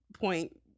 point